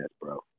bro